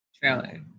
Trailer